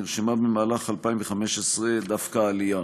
נרשמה במהלך שנת 2015 דווקא עלייה.